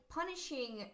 punishing